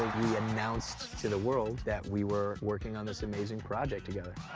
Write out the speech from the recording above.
we announced to the world that we were working on this amazing project together.